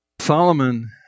Solomon